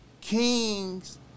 kings